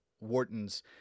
Wharton's